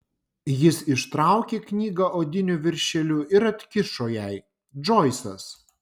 jis ištraukė knygą odiniu viršeliu ir atkišo jai džoisas